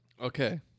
Okay